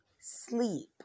sleep